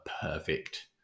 perfect